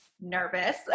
nervous